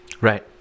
Right